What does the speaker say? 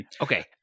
Okay